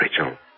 Rachel